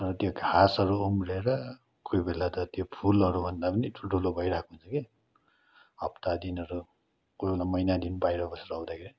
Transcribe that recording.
तर त्यो घाँसहरू उम्रेर कोही बेला त त्यो फुलहरूभन्दा पनि ठुल्ठुलो भइरहेको हुन्छ के हप्ता दिनहरू कोही बेला महिना दिन बाहिर बसेर आउँदाखेरि